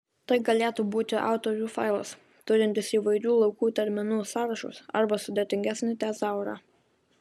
tai galėtų būti autorių failas turintis įvairių laukų terminų sąrašus arba sudėtingesnį tezaurą